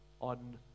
On